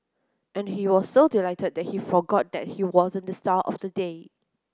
and he was so delighted that he forgot that he wasn't the star of the day